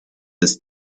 this